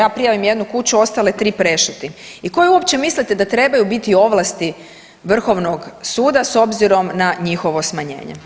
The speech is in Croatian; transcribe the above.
Ja prijavim jednu kuću, ostale 3 prešutim, i koje uopće mislite da trebaju biti ovlasti Vrhovnog suda s obzirom na njihovo smanjenje?